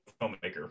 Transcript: filmmaker